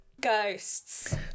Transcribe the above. Ghosts